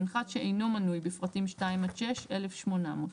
מנחת שאינו מנוי בפרטים (2) עד (6) - 1,800.